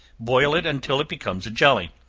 boil it until it becomes a jelly.